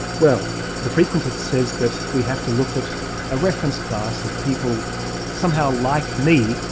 well the frequentist says that we have to look at a reference class of people somehow like me,